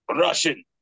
Russian